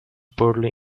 poorly